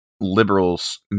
liberals